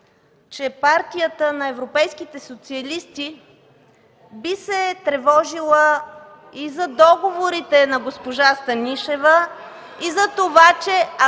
че Партията на европейските социалисти би се тревожила и за договорите на госпожа Станишева... РЕПЛИКИ ОТ